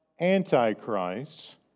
Antichrist